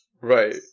Right